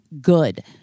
good